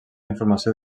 informació